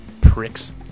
Pricks